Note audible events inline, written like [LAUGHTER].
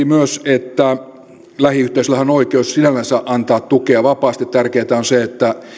[UNINTELLIGIBLE] myös että lähiyhteisöllä on oikeus sinällänsä antaa tukea vapaasti tärkeätä on se että